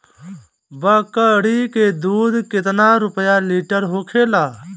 बकड़ी के दूध केतना रुपया लीटर होखेला?